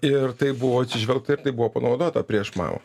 ir į tai buvo atsižvelgta ir tai buvo panaudota prieš mamą